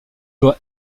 doit